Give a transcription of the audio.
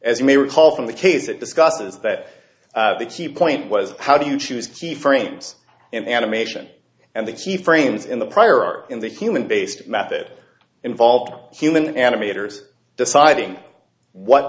as you may recall from the case it discusses that the key point was how do you choose the frames in animation and the key frames in the prior art in the human based method involved human animators deciding what